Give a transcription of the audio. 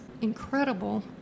incredible